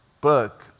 book